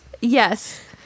Yes